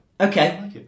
Okay